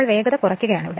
നമ്മൾ വേഗത കുറയ്ക്കുകയാണ്